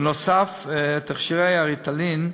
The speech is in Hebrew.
בנוסף, תכשירי ה"ריטלין"